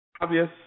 obvious